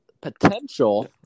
potential